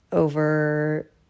over